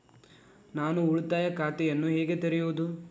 ನಾನು ಉಳಿತಾಯ ಖಾತೆಯನ್ನು ಹೇಗೆ ತೆರೆಯುವುದು?